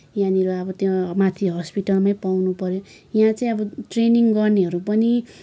यहाँनिर अब त्यो माथि हस्पिटलमै पाउनु पऱ्यो यहाँ चाहिँ अब ट्रेनिङ गर्नेहरू पनि